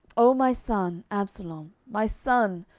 o my son absalom, my son,